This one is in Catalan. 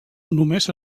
només